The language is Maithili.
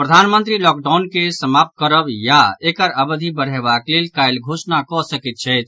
प्रधानमंत्री लॉकडाउन के समाप्त करब या एकर अवधि बढ़यबाक लेल काल्हि घोषणा कऽ सकैत छथि